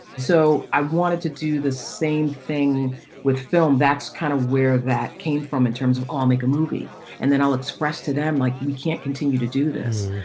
so i wanted to do the same thing with film. that's kind of where that came from in terms of i'll make a movie and then i'll express to them, like we can't continue to do this.